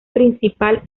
principal